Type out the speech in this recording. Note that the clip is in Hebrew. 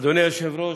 אדוני היושב-ראש,